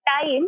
time